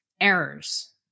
errors